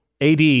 AD